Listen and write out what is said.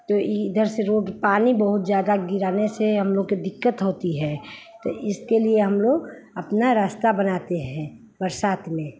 तो इधर से रोड पानी बहुत ज़्यादा गिराने से हमलोग को दिक्कत होती है तो इसके लिए हमलोग अपना रास्ता बनाते हैं बरसात में